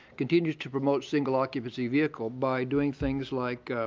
continues to promote single occupancy vehicle by doing things like